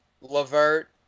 Levert